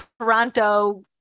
Toronto